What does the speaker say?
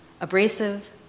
abrasive